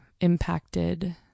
impacted